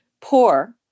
poor